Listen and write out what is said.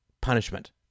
punishment